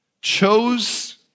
chose